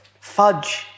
fudge